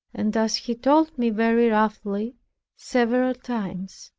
and as he told me very roughly several times.